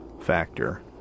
factor